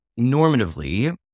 normatively